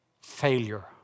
failure